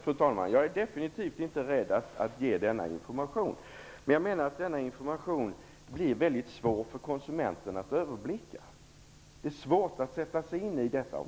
Fru talman! Nej, jag är definitivt inte rädd för att ge denna information. Men jag menar att informationen blir väldigt svår för konsumenterna att överblicka. Det är svårt att sätta sig in i detta.